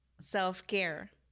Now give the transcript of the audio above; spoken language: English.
self-care